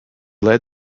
led